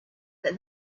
that